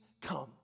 come